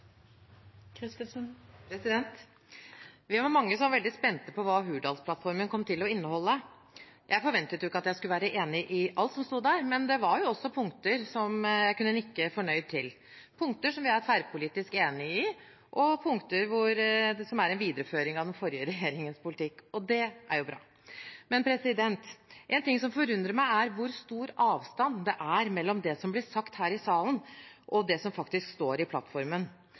Vi var mange som var veldig spente på hva Hurdalsplattformen kom til å inneholde. Jeg forventet ikke at jeg skulle være enig i alt som stod der, men det var også punkter jeg kunne nikke fornøyd til, punkter vi er tverrpolitisk enig i, og punkter som er en videreføring av den forrige regjeringens politikk. Det er bra. En ting som forundrer meg, er hvor stor avstand det er mellom det som blir sagt her i salen, og det som faktisk står i plattformen.